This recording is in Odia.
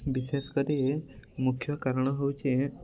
ବିଶେଷ କରି ମୁଖ୍ୟ କାରଣ ହେଉଛି